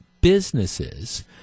businesses